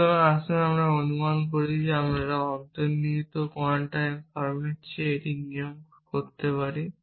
সুতরাং আসুন আমরা অনুমান করি যে আমরা অন্তর্নিহিত কোয়ান্টিফায়ার ফর্মের চেয়ে এটি করতে পারি